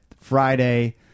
Friday